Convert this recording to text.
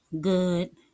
good